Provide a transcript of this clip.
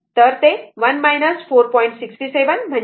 तर ते 1 4